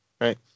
right